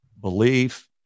belief